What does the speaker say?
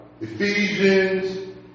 Ephesians